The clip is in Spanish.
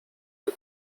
que